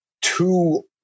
two